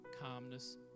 calmness